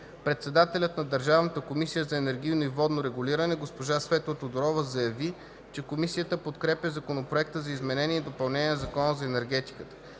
Председателят на Държавната комисия за енергийно и водно регулиране госпожа Светла Тодорова заяви, че Комисията подкрепя Законопроекта за изменение и допълнение на закона за енергетика.